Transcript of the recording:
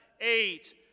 eight